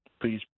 please